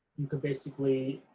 you could basically